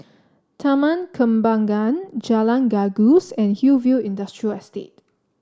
Taman Kembangan Jalan Gajus and Hillview Industrial Estate